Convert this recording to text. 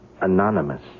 anonymous